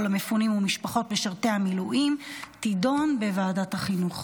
למפונים ומשפחות משרתי המילואים תידון בוועדת החינוך.